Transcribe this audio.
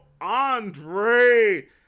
Andre